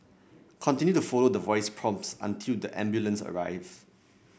continue to follow the voice prompts until the ambulance arrive